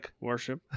Worship